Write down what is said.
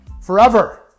Forever